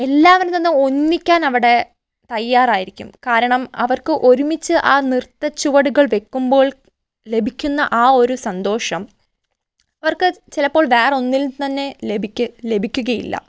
എല്ലാവരിൽ നിന്നും ഒന്നിക്കാൻ അവിടെ തയ്യാറായിരിക്കും കാരണം അവർക്ക് ഒരുമിച്ച് ആ നൃത്തച്ചുവടുകൾ വെക്കുമ്പോൾ ലഭിക്കുന്ന ആ ഒരു സന്തോഷം വർക്ക് ചിലപ്പോൾ വേറെ ഒന്നിലും തന്നെ ലഭിക്കി ലഭിക്കുകയില്ല